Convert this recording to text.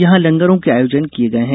यहां लंगरों के आयोजन किये गये हैं